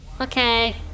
Okay